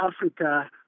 Africa